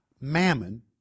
Mammon